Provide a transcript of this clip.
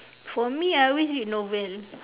for me I always read novel